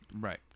Right